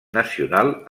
nacional